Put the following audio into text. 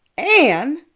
anne,